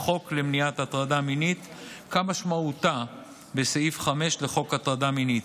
חוק למניעת הטרדה מינית כמשמעותה בסעיף 5 לחוק הטרדה מינית.